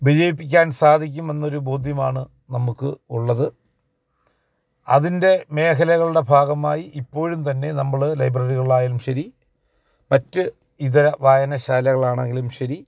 വിജയിപ്പിക്കാന് സാധിക്കും എന്നൊരു ബോധ്യമാണ് നമുക്ക് ഉള്ളത് അതിന്റെ മേഖലകളുടെ ഭാഗമായി ഇപ്പോഴും തന്നെ നമ്മൾ ലൈബ്രറികളിലായാലും ശരി മറ്റ് ഇത് വായനശാലകളാണെങ്കിലും ശരി